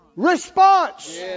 Response